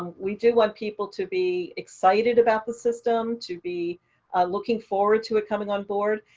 we do want people to be excited about the system, to be looking forward to it coming onboard.